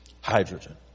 Hydrogen